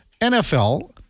NFL